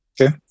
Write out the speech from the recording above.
Okay